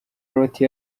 loti